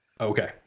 Okay